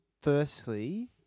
Firstly